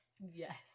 Yes